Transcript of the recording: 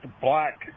black